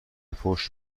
پشت